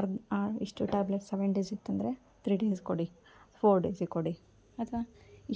ಅರ್ಧ ಎಷ್ಟು tablets seven days ಇತ್ತಂದರೆ ತ್ರೀ ಡೇಸ್ಗೆ ಕೊಡಿ ಫೋರ್ ಡೇಸಿಗೆ ಕೊಡಿ ಅಥವಾ